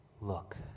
look